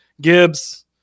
Gibbs